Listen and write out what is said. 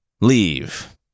Leave